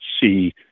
see